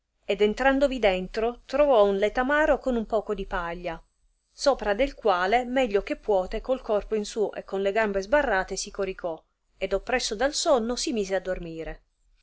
ed entratovi dentro trovò un letamaro con un poco di paglia sopra del quale meglio che puote col corpo in su e con le gambe sbarrate si coricò ed oppresso dal sonno si mise a dormire